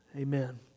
Amen